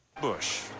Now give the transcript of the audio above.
bush